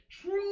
true